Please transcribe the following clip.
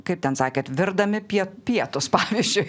kaip ten sakėt virdami pie pietus pavyzdžiui